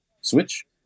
switch